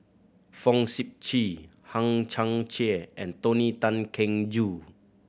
Fong Sip Chee Hang Chang Chieh and Tony Tan Keng Joo